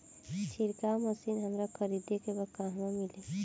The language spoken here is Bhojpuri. छिरकाव मशिन हमरा खरीदे के बा कहवा मिली?